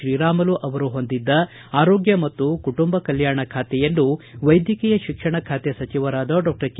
ಶ್ರೀರಾಮುಲು ಅವರು ಹೊಂದಿದ್ದ ಆರೋಗ್ಯ ಮತ್ತು ಕುಟುಂಬ ಕಲ್ಯಾಣ ಖಾತೆಯನ್ನು ವೈದ್ಯಕೀಯ ಶಿಕ್ಷಣ ಸಚಿವರಾದ ಡಾಕ್ಷರ್ ಕೆ